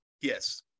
Yes